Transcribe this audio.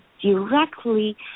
directly